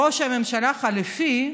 ראש ממשלה חלופי,